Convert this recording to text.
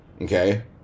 Okay